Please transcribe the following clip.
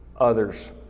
Others